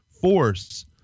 force